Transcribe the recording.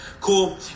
Cool